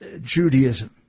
Judaism